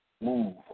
Move